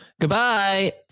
Goodbye